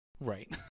Right